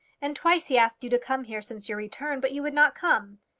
and twice he asked you to come here since you returned but you would not come.